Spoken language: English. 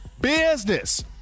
business